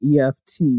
EFT